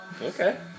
Okay